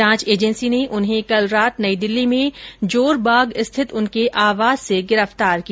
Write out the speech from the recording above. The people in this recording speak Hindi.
जांच एजेंसी ने उन्हें कल रात नई दिल्ली में जोरबाग स्थित उनके आवास से गिरफ्तार किया